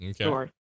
Okay